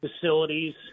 facilities